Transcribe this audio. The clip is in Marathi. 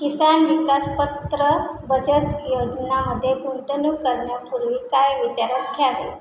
किसान विकास पत्र बचत योजनामध्ये गुंतवणूक करण्यापूर्वी काय विचारात घ्यावे